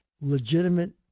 legitimate